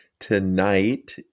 Tonight